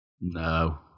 No